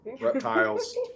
reptiles